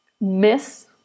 miss